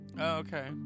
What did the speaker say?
okay